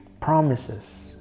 promises